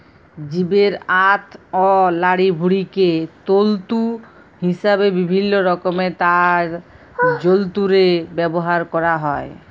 জীবের আঁত অ লাড়িভুঁড়িকে তল্তু হিসাবে বিভিল্ল্য রকমের তার যল্তরে ব্যাভার ক্যরা হ্যয়